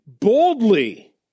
boldly